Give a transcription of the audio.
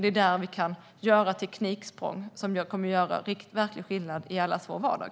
Det är där vi kan göra tekniksprång som kommer att göra verklig skillnad i allas vår vardag.